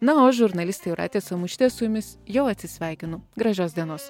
na o aš žurnalistė jūratė samušytė su jumis jau atsisveikino gražios dienos